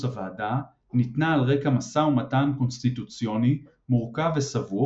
הוועדה ניתנה על רקע משא ומתן קונסטיטוציוני מורכב וסבוך